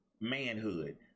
Manhood